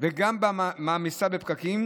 וגם מעמיסה בפקקים,